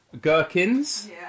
gherkins